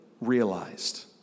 realized